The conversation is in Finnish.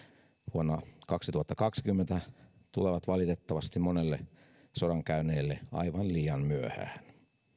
vuonna kaksituhattakaksikymmentä tulevat valitettavasti monelle sodan käyneelle aivan liian myöhään